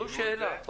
זו שאלה.